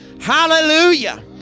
Hallelujah